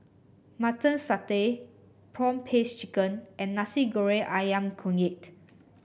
Mutton Satay prawn paste chicken and Nasi Goreng ayam Kunyit